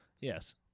Yes